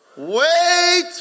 Wait